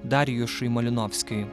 darjušui malinovskiui